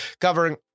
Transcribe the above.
covering